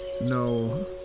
No